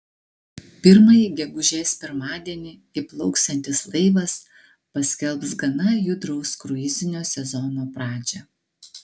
pirmąjį gegužės pirmadienį įplauksiantis laivas paskelbs gana judraus kruizinio sezono pradžią